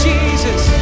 Jesus